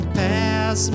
pass